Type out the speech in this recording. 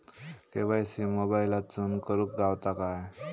KYC मोबाईलातसून करुक गावता काय?